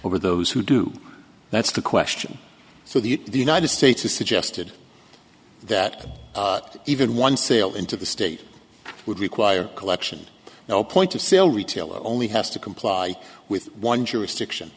over those who do that's the question so the united states is suggested that even one sale into the state would require collection no point of sale retail only has to comply with one jurisdiction